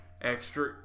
extra